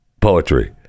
poetry